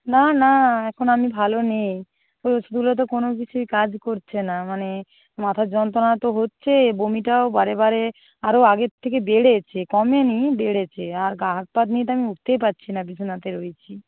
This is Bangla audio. না না এখন আমি ভালো নেই তো কোনো কিছুই কাজ করছে না মানে মাথার যন্ত্রনা তো হচ্ছেই আর বমিটাও বারে বারে আরও আগের থেকে বেড়েছে কমে নি বেড়েছে আর গা হাত পা নিয়ে তো আমি উঠতেই পারছি না বিছানাতে রয়েছি